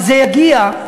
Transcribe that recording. וזה יגיע,